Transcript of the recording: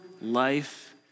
life